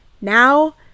Now